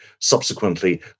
subsequently